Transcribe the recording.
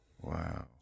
Wow